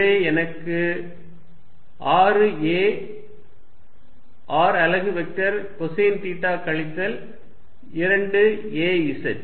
உள்ளே எனக்கு 6 a r அலகு வெக்டர் கொசைன் தீட்டா கழித்தல் 2 a z